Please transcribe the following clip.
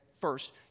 First